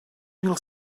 mil